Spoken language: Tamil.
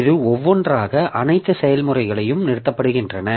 இது ஒவ்வொன்றாக அனைத்து செயல்முறைகளும் நிறுத்தப்படுகின்றன